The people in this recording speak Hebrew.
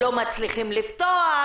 לא מצליחים לפתוח,